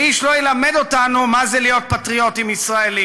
ואיש לא ילמד אותנו מה זה להיות פטריוטים ישראלים.